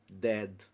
dead